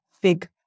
big